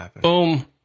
Boom